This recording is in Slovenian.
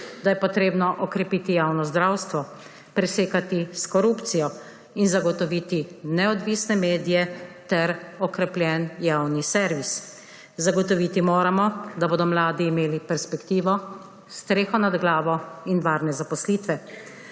da je treba okrepiti javno zdravstvo, presekati s korupcijo in zagotoviti neodvisne medije ter okrepljen javni servis. Zagotoviti moramo, da bodo mladi imeli perspektivo, streho nad glavo in varne zaposlitve.